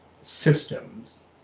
systems